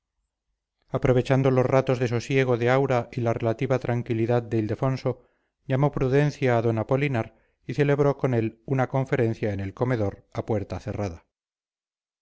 aprovechando los ratos de sosiego de aura y la relativa tranquilidad de ildefonso llamó prudencia a d apolinar y celebró con él una conferencia en el comedor a puerta cerrada